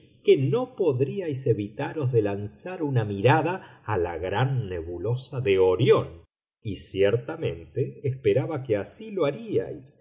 que no podríais evitaros de lanzar una mirada a la gran nebulosa de orión y ciertamente esperaba que así lo haríais